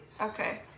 Okay